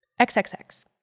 XXX